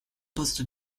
poste